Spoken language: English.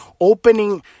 opening